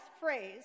phrase